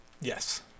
Yes